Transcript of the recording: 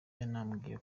yanambwiye